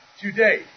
today